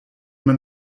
man